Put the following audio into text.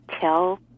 tell